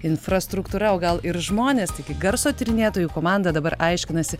infrastruktūra o gal ir žmonės taigi garso tyrinėtojų komanda dabar aiškinasi